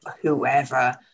whoever